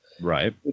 Right